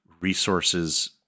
resources